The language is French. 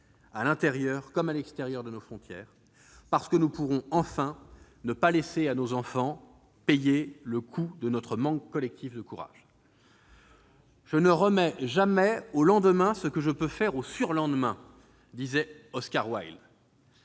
à l'intérieur comme à l'extérieur de nos frontières. Parce que nous pourrons, enfin, ne pas laisser nos enfants payer le coût de notre manque collectif de courage. « Je ne remets jamais au lendemain ce que je peux faire le surlendemain », disait Oscar Wilde.